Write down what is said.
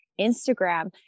Instagram